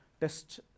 test